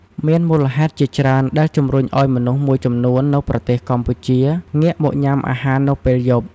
មានមូលហេតុជាច្រើនដែលជំរុញឲ្យមនុស្សមួយចំនួននៅប្រទេសកម្ពុជា ងាកមកញ៉ាំអាហារនៅពេលយប់។